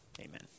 amen